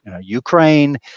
Ukraine